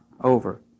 over